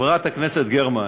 חברת הכנסת גרמן,